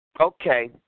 okay